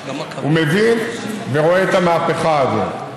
מבין ורואה את המהפכה הזאת.